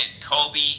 Kobe